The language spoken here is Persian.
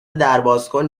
دربازکن